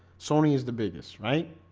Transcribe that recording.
sony is the biggest right?